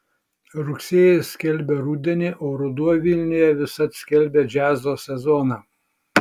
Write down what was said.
rugsėjis skelbia rudenį o ruduo vilniuje visad skelbia džiazo sezoną